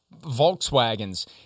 Volkswagen's